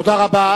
תודה רבה.